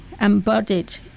embodied